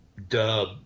dub